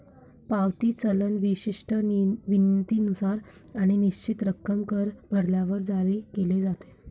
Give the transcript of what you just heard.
पावती चलन विशिष्ट विनंतीनुसार आणि निश्चित रक्कम कर भरल्यावर जारी केले जाते